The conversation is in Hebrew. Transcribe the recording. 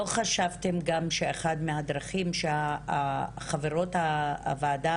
לא חשבתם גם שאחת מהדרכים שחברות הוועדה